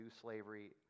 slavery